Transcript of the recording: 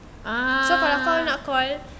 so kalau kau nak call